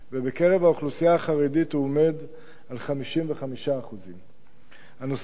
ובקרב האוכלוסייה החרדית הוא עומד על 55%. הנושא,